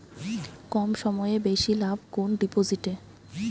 কম সময়ে বেশি লাভ কোন ডিপোজিটে?